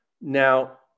now